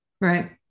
Right